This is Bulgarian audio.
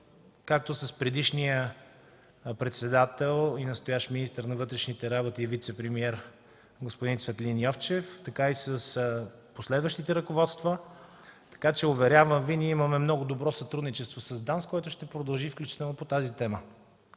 както с предишния председател и настоящ министър на вътрешните работи и вицепремиер господни Цветлин Йовчев, така и с последващите ръководства. Уверявам Ви, че ние имаме много добро сътрудничество с ДАНС, което ще продължи, включително и по тази тема.